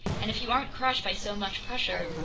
and if you aren't crushed by so much pressure,